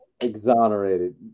Exonerated